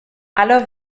alle